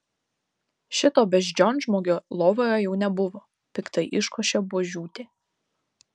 šito beždžionžmogio lovoje jau nebuvo piktai iškošė buožiūtė